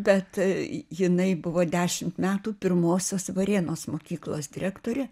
bet jinai buvo dešimt metų pirmosios varėnos mokyklos direktorė